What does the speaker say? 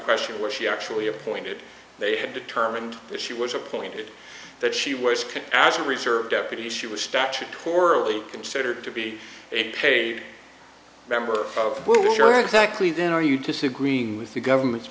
question what she actually appointed they had determined that she was appointed that she was cook as a reserve deputy she was statutorily considered to be a paid member of what was your exactly then are you disagreeing with the government's